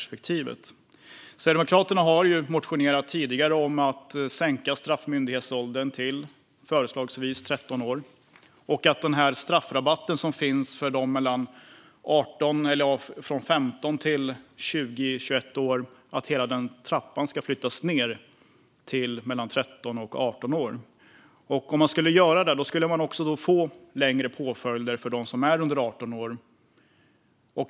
Sverigedemokraterna har tidigare motionerat om att sänka straffmyndighetsåldern till förslagsvis 13 år och att flytta ned hela den trappa som finns för straffrabatt från mellan 15 och 21 år till mellan 13 och 18 år. Om man skulle göra det skulle man också få längre påföljder för dem som är under 18 år.